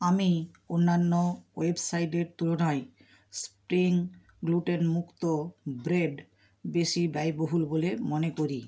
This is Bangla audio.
আমি অন্যান্য ওয়েবসাইটের তুলনায় স্প্রিং গ্লুটেনমুক্ত ব্রেড বেশি ব্যয়বহুল বলে মনে করি